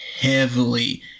heavily